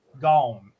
gone